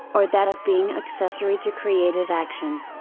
or that of being accessory to creative action.